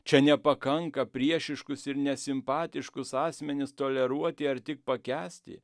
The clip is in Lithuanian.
čia nepakanka priešiškus ir nesimpatiškus asmenis toleruoti ar ti pakęsti